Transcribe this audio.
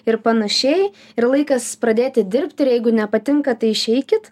ir panašiai ir laikas pradėti dirbti ir jeigu nepatinka tai išeikit